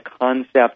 concept